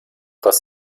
das